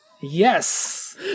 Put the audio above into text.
yes